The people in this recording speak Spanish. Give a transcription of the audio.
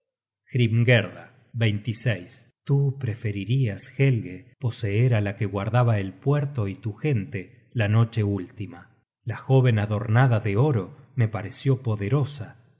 corresponde hrimgerda tú preferirias helge poseer á la que guardaba el puerto y tu gente la noche última la joven adornada de oro me pareció poderosa